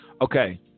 Okay